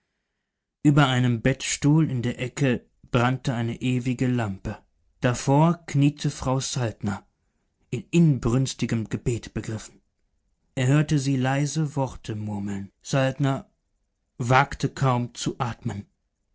über einem betstuhl in der ecke brannte eine ewige lampe davor kniete frau saltner in inbrünstigem gebet begriffen er hörte sie leise worte murmeln saltner wagte kaum zu atmen